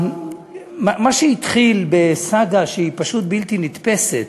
מה שהתחיל בסאגה שהיא פשוט בלתי נתפסת,